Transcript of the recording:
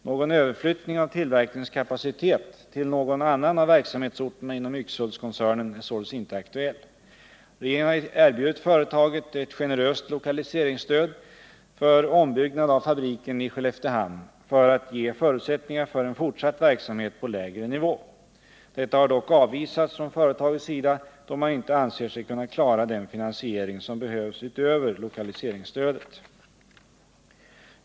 Någon överflyttning av tillverkningskapacitet till någon annan av verksamhetsorterna inom Yxhultskoncernen är således inte aktuell. Regeringen har erbjudit företaget ett generöst lokaliseringsstöd för ombyggnad av fabriken i Skelleftehamn för att ge förutsättningar för en fortsatt verksamhet på lägre nivå. Detta har dock avvisats från företagets sida, då man inte anser sig kunna klara den finansiering som behövs utöver lokaliseringsstödet.